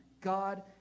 God